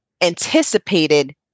anticipated